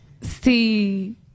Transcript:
see